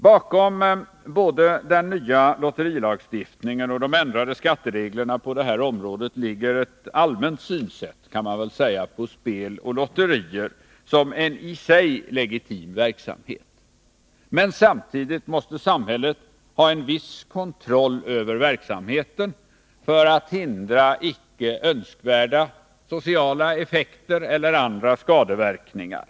Bakom både den nya lotterilagstiftningen och de ändrade skattereglerna på det här området ligger ett allmänt synsätt på spel och lotterier som en i sig legitim verksamhet. Men samtidigt måste samhället ha en viss kontroll över verksamheten för att hindra icke önskvärda sociala effekter eller andra skadeverkningar.